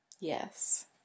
Yes